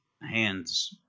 hands